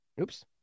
Oops